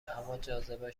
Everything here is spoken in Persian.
اماجاذبه